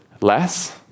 less